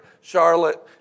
Charlotte